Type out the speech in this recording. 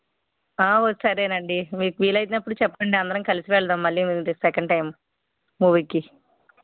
సరేనండి మీకు వీలైనప్పుడు చెప్పండి అందరం కలిసి వెళ్దాం మళ్ళీ సెకండ్ టైం మూవీకి